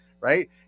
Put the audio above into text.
right